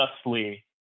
justly